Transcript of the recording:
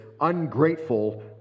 ungrateful